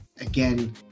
Again